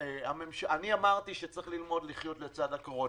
אני אמרתי שצריך ללמוד לחיות לצד הקורונה,